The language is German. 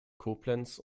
koblenz